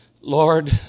Lord